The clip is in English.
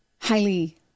highly